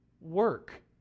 work